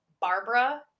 Barbara